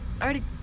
already